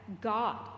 God